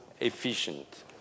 efficient